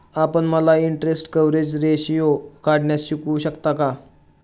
आपण मला interest coverage ratio काढण्यास शिकवू शकता का?